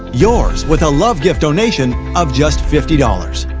yours with a love gift donation of just fifty dollars.